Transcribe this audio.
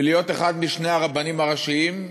להיות אחד משני הרבנים הראשיים,